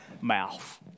mouth